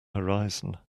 horizon